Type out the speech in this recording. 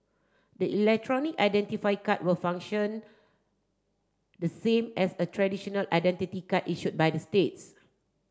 the electronic identity card will function the same as a traditional identity card issued by the states